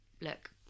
look